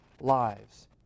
lives